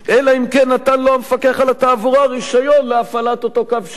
אלא אם כן נתן לו המפקח על התעבורה רשיון להפעלת אותו קו שירות".